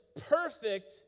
perfect